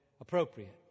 appropriate